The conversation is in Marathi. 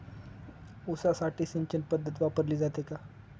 ऊसासाठी सिंचन पद्धत वापरली जाते का?